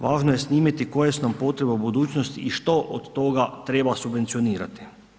Važno je snimiti koje su nam potrebe u budućnosti i što od toga treba subvencionirati.